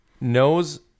knows